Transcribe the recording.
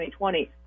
2020